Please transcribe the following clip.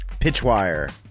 Pitchwire